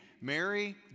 Mary